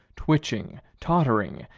twitching, tottering,